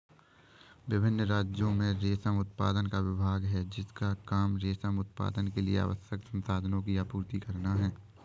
विभिन्न राज्यों में रेशम उत्पादन का विभाग है जिसका काम रेशम उत्पादन के लिए आवश्यक संसाधनों की आपूर्ति करना है